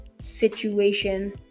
situation